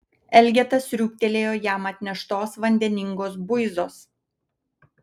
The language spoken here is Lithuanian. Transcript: elgeta sriūbtelėjo jam atneštos vandeningos buizos